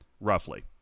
Roughly